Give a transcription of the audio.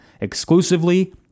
exclusively